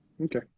Okay